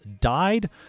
died